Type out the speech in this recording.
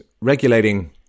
regulating